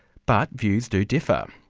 but, views do differ.